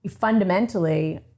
fundamentally